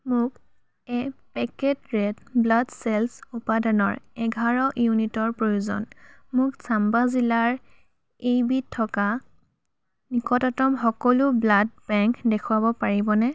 মোক এপেকেট red blood cells উপাদানৰ এঘাৰ ইউনিটৰ প্ৰয়োজন মোক চাম্বা জিলাৰ এইবিধ থকা নিকটতম সকলো ব্লাড বেংক দেখুৱাব পাৰিবনে